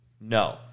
No